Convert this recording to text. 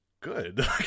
good